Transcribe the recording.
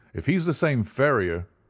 if he's the same ferrier,